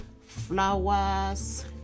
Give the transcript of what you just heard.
flowers